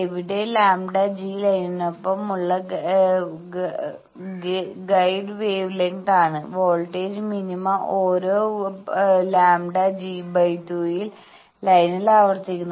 എവിടെ λg ലൈനിനൊപ്പം ഉള്ള ഗൈഡ് വേവ്ലെങ്ത് ആണ് വോൾട്ടേജ് മിനിമ ഓരോ λg2 യിൽ ലൈനിൽ ആവർത്തിക്കുന്നു